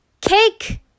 Cake